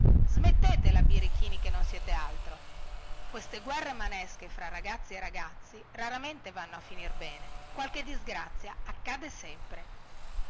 smettetela birichini che non siete altro queste guerre manesche fra ragazzi e ragazzi raramente vanno a finir bene qualche disgrazia accade sempre